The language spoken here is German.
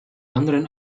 anderen